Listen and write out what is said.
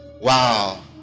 wow